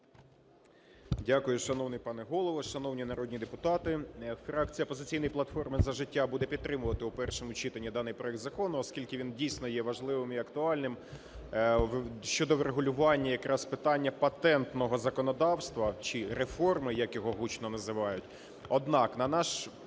Дякую. Шановний пане Голово, шановні народні депутати, фракція "Опозиційної платформи - За життя" буде підтримувати у першому читанні даний проект закону, оскільки він дійсно є важливим і актуальним щодо врегулювання якраз питання патентного законодавства чи реформи, як його гучно називають.